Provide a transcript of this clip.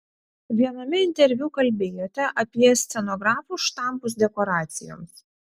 viename interviu kalbėjote apie scenografų štampus dekoracijoms